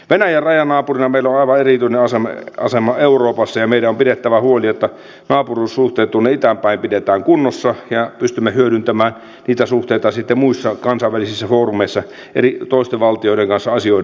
venäjän rajanaapurina meillä on aivan erityinen asema euroopassa ja meidän on pidettävä huoli että naapuruussuhteet itään päin pidetään kunnossa ja pystymme hyödyntämään niitä suhteita sitten muissa kansainvälisissä foorumeissa toisten valtioiden kanssa asioidessamme